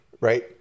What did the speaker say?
right